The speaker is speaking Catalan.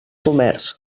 comerç